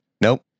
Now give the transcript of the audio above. nope